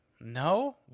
No